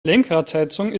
lenkradheizung